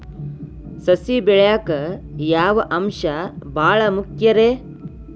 ಸಸಿ ಬೆಳೆಯಾಕ್ ಯಾವ ಅಂಶ ಭಾಳ ಮುಖ್ಯ ರೇ?